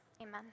amen